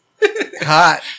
hot